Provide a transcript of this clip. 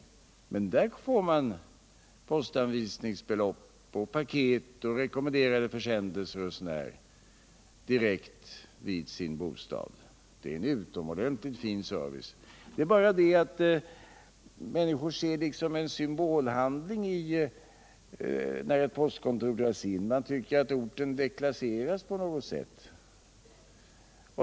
Men där lantbrevbäring finns får man postanvisningsbelopp, paket och rekommenderade försändelser och sådant direkt till bostaden. Det är en utomordentligt fin service. Det är bara det att människor ser det som en symbolhandling att ett postkontor dras in — man tycker att orten deklasseras på något sätt.